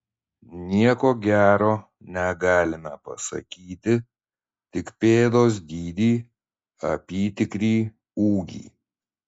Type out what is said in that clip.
nieko gero negalime pasakyti tik pėdos dydį apytikrį ūgį